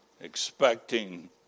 expecting